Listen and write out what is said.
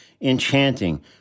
enchanting